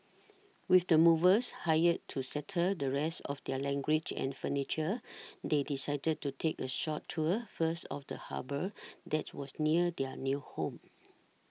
with the movers hired to settle the rest of their luggage and furniture they decided to take a short tour first of the harbour that was near their new home